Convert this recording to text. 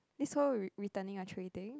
this whole re~ returning the tray thing